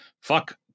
fuck